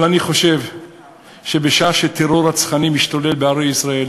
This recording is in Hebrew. אני חושב שבשעה שטרור רצחני משתולל בערי ישראל